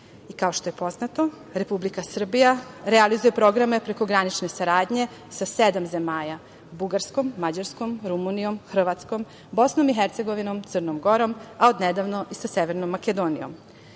evra. Kao što je poznato, Republika Srbija realizuje programe prekogranične saradnje sa sedam zemalja: Bugarskom, Mađarskom, Rumunijom, Hrvatskom, Bosnom i Hercegovinom, Crnom Gorom, a od nedavno i sa Severnom Makedonijom.